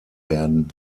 werden